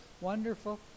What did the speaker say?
wonderful